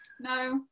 No